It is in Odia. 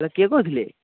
ସାର୍ କିଏ କହୁଥିଲେ